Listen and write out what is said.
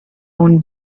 own